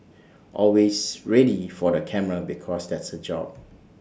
always ready for the camera because that's her job